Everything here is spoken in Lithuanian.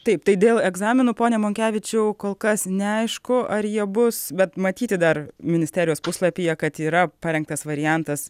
taip tai dėl egzaminų pone monkevičiau kol kas neaišku ar jie bus bet matyti dar ministerijos puslapyje kad yra parengtas variantas